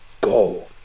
go